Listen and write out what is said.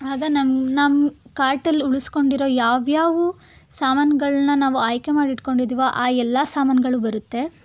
ಆಗ ನಮ್ಮ ನಮ್ಮ ಕಾರ್ಟಲ್ಲಿ ಉಳಿಸ್ಕೊಂಡಿರೊ ಯಾವ ಯಾವ ಸಾಮಾನುಗಳ್ನ ನಾವು ಆಯ್ಕೆ ಮಾಡಿ ಇಟ್ಕೊಂಡಿದ್ದೀವೋ ಆ ಎಲ್ಲ ಸಾಮಾನುಗಳು ಬರುತ್ತೆ